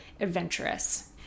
adventurous